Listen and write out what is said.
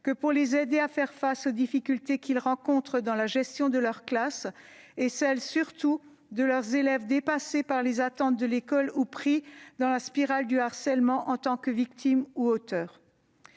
comme les aider à faire face aux difficultés qu'ils rencontrent dans la gestion de leurs classes et celles, surtout, de leurs élèves dépassés par les attentes de l'école ou pris dans la spirale du harcèlement en tant que victimes ou auteurs.